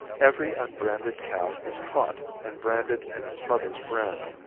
every unbranded calf is caught and branded in its mother's brand.